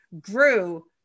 grew